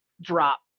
drop